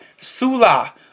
Sula